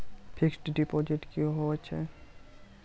Fixed deposit की होय छै?